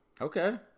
Okay